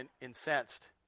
incensed